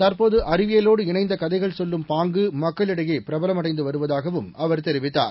தற்போது அறிவியலோடு இணைந்த கதைகள் சொல்லும் பாங்கு மக்களிடையே பிரபலமடைந்து வருவதாகவும் அவர் தெரிவித்தார்